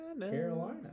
Carolina